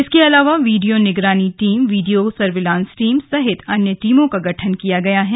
इसके अलावा वीडियो निगरानी टीम वीडियो सर्विलांस टीम सहित अन्य टीमों का गठन किया गया है